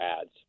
ads